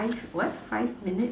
what five minutes